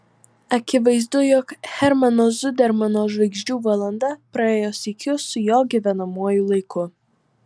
akivaizdu jog hermano zudermano žvaigždžių valanda praėjo sykiu su jo gyvenamuoju laiku